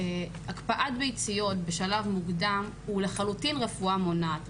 הקפאת ביציות בשלב מוקדם היא לחלוטין רפואה מונעת,